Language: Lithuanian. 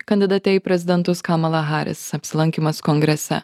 kandidate į prezidentus kamala haris apsilankymas kongrese